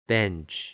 Bench